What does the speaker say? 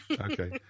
Okay